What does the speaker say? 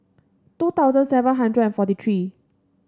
two thousand seven hundred and forty three